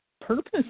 purpose